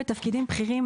בתפקידים בכירים,